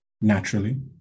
naturally